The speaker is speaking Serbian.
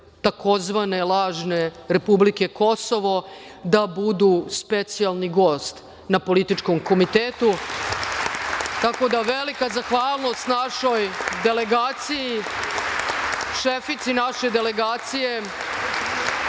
tzv. lažne republike Kosovo da budu specijalni gost na Političkom komitetu. Velika zahvalnost našoj delegaciji, šefici naše delegacije